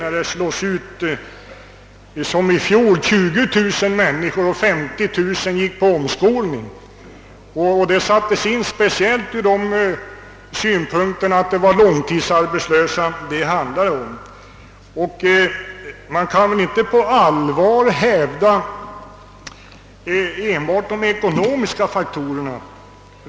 I fjol slogs 20 000 människor ut ur produktionen och 50 000 gick till omskolning. De åtgärder som vidtogs motiverades av att det gällde långtidsarbetslösa. Man kan väl inte se enbart till de ekonomiska faktorerna.